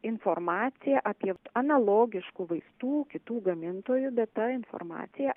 informacija apie analogiškų vaistų kitų gamintojų bet ta informacija